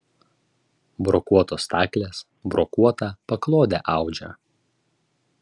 brokuotos staklės brokuotą paklodę audžia